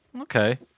Okay